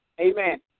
amen